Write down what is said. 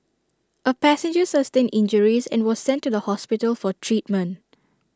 A passenger sustained injuries and was sent to the hospital for treatment